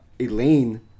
Elaine